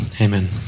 Amen